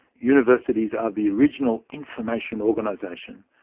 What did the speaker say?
universities are the original information organisation.